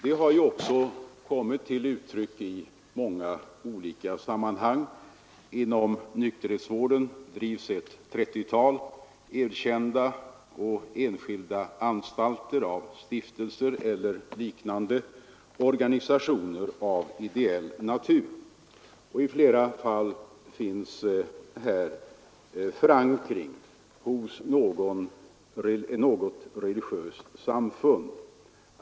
Det har ju också kommit till uttryck i många olika sammanhang. Inom nykterhetsvården drivs ett 30-tal erkända och enskilda anstalter av stiftelser eller liknande organisationer av ideell natur, och i flera fall finns här förankring hos något religiöst samfund.